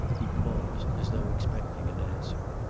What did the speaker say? he paused, as though expecting an answer.